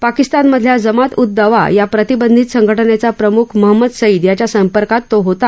पाकिस्तानमधल्या जमात उद दावा या प्रतिबंधीत संघटनेचा प्रमुख महम्मद सईद याच्या संपर्कात तो होता